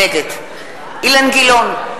נגד אילן גילאון,